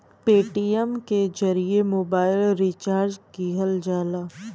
Paytm के जरिए mobile recharge किहल जाला